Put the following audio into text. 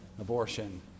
Abortion